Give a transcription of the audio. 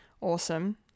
awesome